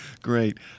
great